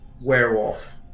werewolf